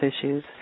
issues